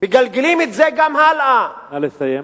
מגלגלים את זה גם הלאה, נא לסיים.